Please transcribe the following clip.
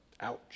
Ouch